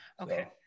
Okay